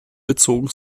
bezogen